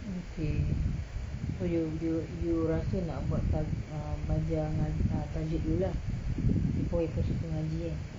okay so you you you rasa nak buat kan err ajar ngaji ajar tajwid dulu lah before you proceed to ngaji eh